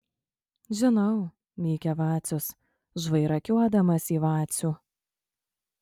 žinau mykia vacius žvairakiuodamas į vacių